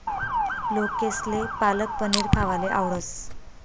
लोकेसले पालक पनीर खावाले आवडस